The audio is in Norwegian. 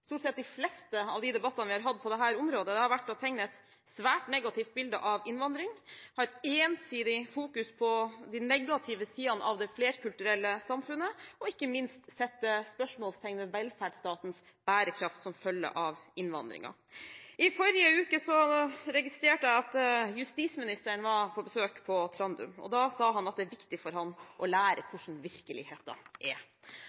stort sett de fleste av de debattene vi har hatt på dette området, har vært å tegne et svært negativt bilde av innvandring, å ha et ensidig fokus på de negative sidene av det flerkulturelle samfunnet, og ikke minst å sette spørsmålstegn ved velferdsstatens bærekraft som følge av innvandringen. I forrige uke registrerte jeg at justisministeren var på besøk på Trandum. Da sa han at det er viktig for ham å lære hvordan virkeligheten er.